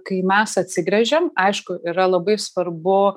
kai mes atsigręžiam aišku yra labai svarbu